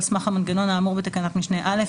על סמך המנגנון האמור בתקנת משנה (א),